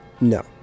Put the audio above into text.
no